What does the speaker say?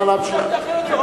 נא להמשיך.